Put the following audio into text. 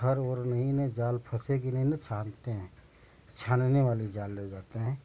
घर उर में जाल फसेगी नहीं नया छानते हैं छानने वाले जाल ले जाते हैं